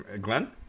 Glenn